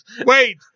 Wait